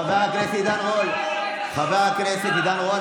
חבר הכנסת עידן רול,